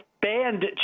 banned